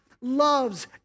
loves